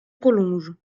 prolongent